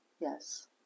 Yes